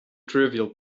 trivial